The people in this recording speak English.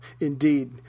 Indeed